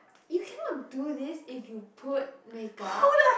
you cannot do this if you put makeup